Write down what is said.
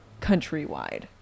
countrywide